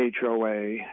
HOA